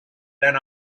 than